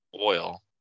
oil